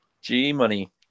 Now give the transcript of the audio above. g-money